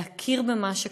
להכיר במה שקרה.